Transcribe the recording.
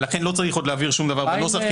ולכן לא צריך להבהיר שום דבר בנוסח,